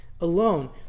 alone